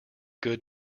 good